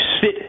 sit